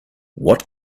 what